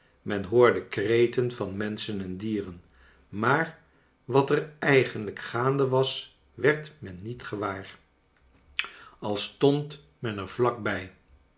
men hoorde kreten van menschen en dieren maar wat er eigenlijk gaande was werd men niet gewaar al stond men er vlak